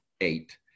eight